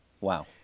Wow